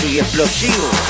Explosivo